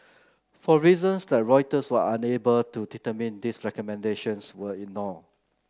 for reasons that Reuters was unable to determine these recommendations were ignored